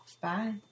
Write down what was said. Bye